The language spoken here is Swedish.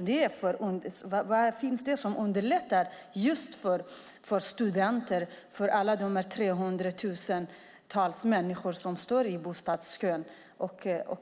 Vad är det som underlättar för studenterna, för de 300 000 människor, som står i bostadskön?